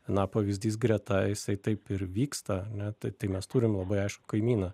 na pavyzdys greta jisai taip ir vyksta ar ne tai tai mes turim labai aiškų kaimyną